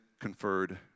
conferred